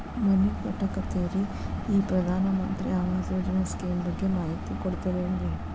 ಮನಿ ಕಟ್ಟಕತೇವಿ ರಿ ಈ ಪ್ರಧಾನ ಮಂತ್ರಿ ಆವಾಸ್ ಯೋಜನೆ ಸ್ಕೇಮ್ ಬಗ್ಗೆ ಮಾಹಿತಿ ಕೊಡ್ತೇರೆನ್ರಿ?